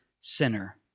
sinner